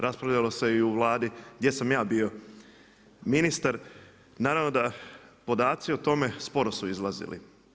Raspravljalo se i u vladi gdje sam ja bio ministar, naravno da su podaci o tome sporo su izlazili.